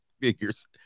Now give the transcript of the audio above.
figures